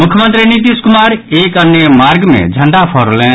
मुख्यमंत्री नीतीश कुमार एक अणे मार्ग मे झंडा फहरौलनि